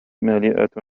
مليئة